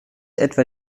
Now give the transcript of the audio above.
etwa